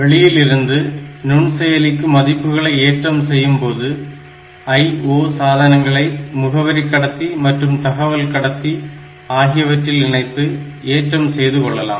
வெளியிலிருந்து நுண்செயலிக்கு மதிப்புகளை ஏற்றம் செய்யும்போது IO சாதனங்களை முகவரி கடத்தி மற்றும் தரவு கடத்தி ஆகியவற்றில் இணைத்து ஏற்றம் செய்து கொள்ளலாம்